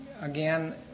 again